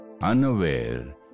unaware